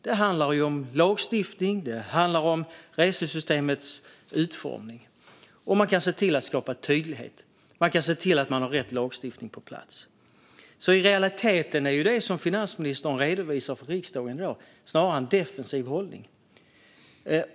Det handlar ju om lagstiftning, och det handlar om reseavdragssystemets utformning. Man kan se till att skapa tydlighet. Man kan se till att man har rätt lagstiftning på plats. I realiteten är det som finansministern redovisar för riksdagen i dag snarare en defensiv hållning.